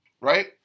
right